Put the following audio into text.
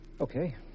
Okay